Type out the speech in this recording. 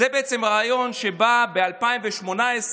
זה הרעיון שבא ב-2018,